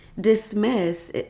dismiss